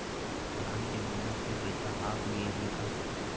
धान के बोनस के पइसा आप गे हे का?